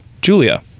Julia